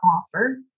offer